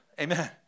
Amen